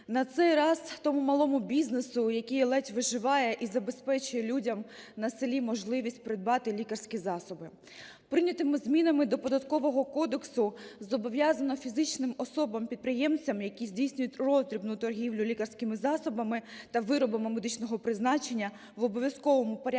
на цей раз тому малому бізнесу, який ледь виживає і забезпечує людям на селі можливість придбати лікарські засоби. Прийнятими змінами до Податкового кодексу зобов'язано фізичним особам-підприємцям, які здійснюють роздрібну торгівлю лікарськими засобами та виробами медичного призначення, в обов'язковому порядку